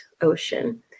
ocean